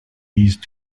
these